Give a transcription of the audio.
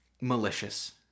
malicious